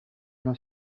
una